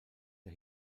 der